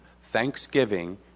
thanksgiving